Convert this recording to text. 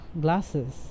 glasses